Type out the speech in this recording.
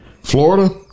Florida